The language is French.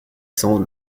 cent